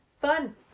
Fun